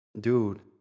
dude